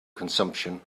consumption